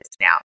now